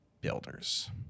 Builders